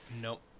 Nope